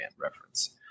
reference